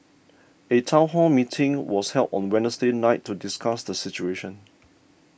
a town hall meeting was held on Wednesday night to discuss the situation